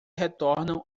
retornam